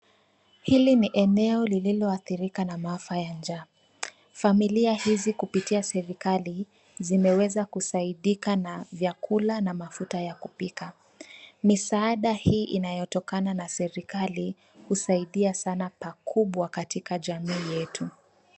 Hili ni eneo lililoathirika na maafa ya njaa. Familia hizi kupitia serikali zimeweza kusaidika na vyakula na mafuta ya kupika. Misaada hii inayotokana na serikali husaidia sana pakubwa katika jamii yetu.